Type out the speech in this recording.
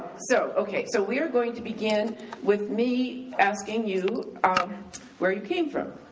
so, okay, so we are going to begin with me asking you ah where you came from.